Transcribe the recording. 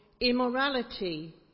immorality